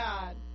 God